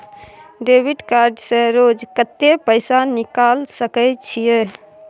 Debit card से रोज कत्ते पैसा निकाल सके छिये?